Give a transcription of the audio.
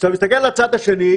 כשאתה מתסכל על הצד השני,